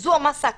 וזו המסה הקריטית,